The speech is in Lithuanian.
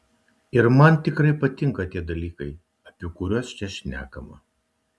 ir man tikrai patinka tie dalykai apie kuriuos čia šnekama